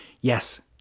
Yes